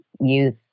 youth